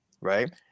right